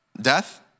Death